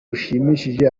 rushimishije